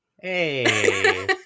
hey